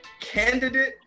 candidate